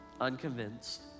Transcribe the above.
unconvinced